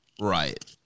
Right